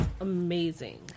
amazing